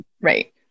Right